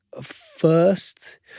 first